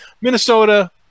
Minnesota